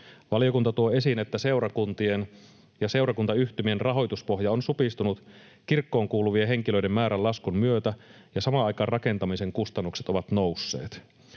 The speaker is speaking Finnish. Valiokunta tuo esiin, että seurakuntien ja seurakuntayhtymien rahoituspohja on supistunut kirkkoon kuuluvien henkilöiden määrän laskun myötä ja samaan aikaan rakentamisen kustannukset ovat nousseet.